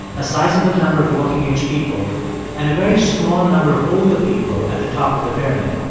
a sizable number of working-age people and a very small number of older people at the top of the pyramid.